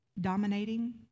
dominating